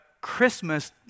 Christmas